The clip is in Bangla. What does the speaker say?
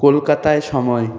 কলাকাতায় সময়